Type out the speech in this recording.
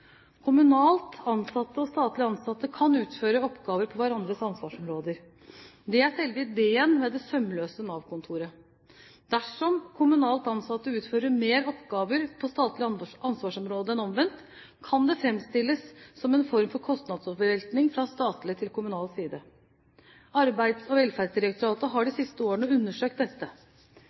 Kommunalt ansatte og statlig ansatte kan utføre oppgaver på hverandres ansvarsområder. Det er selve ideen med det sømløse Nav-kontoret. Dersom kommunalt ansatte utfører flere oppgaver på statlig ansvarsområde enn omvendt, kan det framstilles som en form for kostnadsoverveltning fra statlig til kommunal side. Arbeids- og velferdsdirektoratet har de siste årene undersøkt dette.